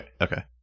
okay